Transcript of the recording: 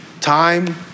time